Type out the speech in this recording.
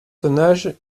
tonnage